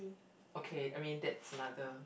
okay I mean that's another